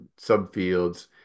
subfields